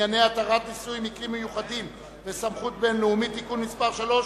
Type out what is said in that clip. בענייני התרת נישואין (מקרים מיוחדים וסמכות בין-לאומית) (תיקון מס' 3),